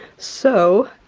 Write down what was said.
so